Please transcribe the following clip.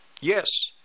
Yes